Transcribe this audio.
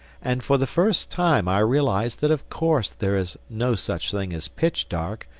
and for the first time i realized that of course there is no such thing as pitch-dark,